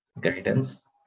guidance